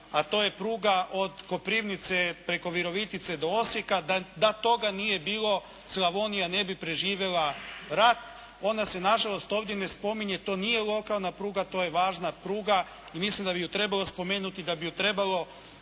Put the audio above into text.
a to je pruga od Koprivnice preko Virovitice do Osijeka. Da toga nije bilo Slavonija ne bi preživjela rat, ona se nažalost ovdje ne spominje. To nije lokalna pruga, to je važna pruga i mislim da bi ju trebalo spomenuti, da bi ju trebalo